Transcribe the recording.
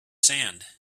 sand